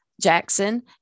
Jackson